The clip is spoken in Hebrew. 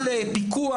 על פיקוח.